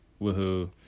woohoo